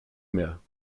mehr